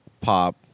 pop